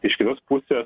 iš kitos pusės